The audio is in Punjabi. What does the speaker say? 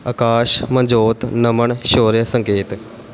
ਆਕਾਸ਼ ਮਨਜੋਤ ਨਮਨ ਸ਼ੋਰਿਆ ਸੰਕੇਤ